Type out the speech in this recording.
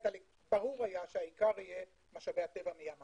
ברור היה שהעיקר יהיה משאבי הטבע מים המלח,